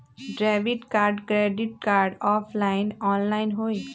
Debit card credit card offline online होई?